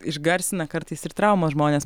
išgarsina kartais ir traumos žmones